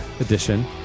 edition